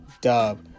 dub